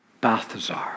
Balthazar